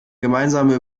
gemeinsame